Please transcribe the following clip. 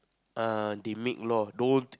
err they make law don't